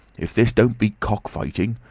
if this don't beat cock-fighting!